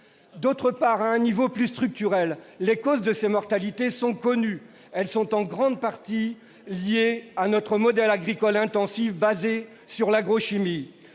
cheptels ? Sur un plan plus structurel, les causes de cette mortalité sont connues : elles sont en grande partie liées à notre modèle agricole intensif, fondé sur l'agrochimie.